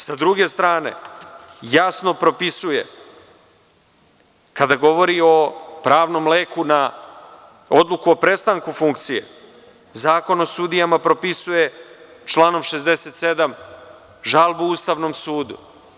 Sa druge strane, jasno propisuje, kada govori o pravnom leku na odluku o prestanku funkcije, Zakon o sudijama propisuje članom 67. žalbu Ustavnom sudu.